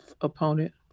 opponent